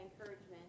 encouragement